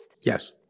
yes